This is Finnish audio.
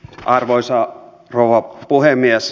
arvoisa rouva puhemies